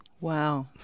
Wow